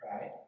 right